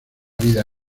vida